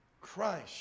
Christ